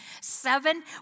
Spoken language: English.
Seven